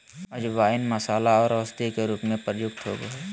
अजवाइन मसाला आर औषधि के रूप में प्रयुक्त होबय हइ